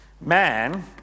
Man